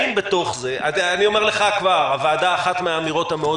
אני אומר לך כבר: אחת האמירות המאוד